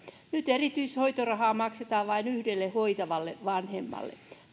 nyt erityishoitorahaa maksetaan vain yhdelle hoitavalle vanhemmalle